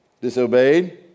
disobeyed